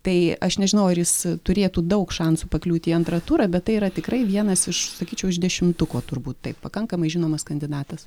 tai aš nežinau ar jis turėtų daug šansų pakliūti į antrą turą bet tai yra tikrai vienas iš sakyčiau iš dešimtuko turbūt taip pakankamai žinomas kandidatas